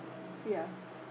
ya